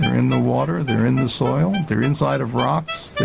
in the water, they are in the soil the inside of rocks,